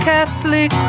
Catholic